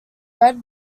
red